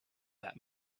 that